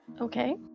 Okay